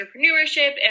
entrepreneurship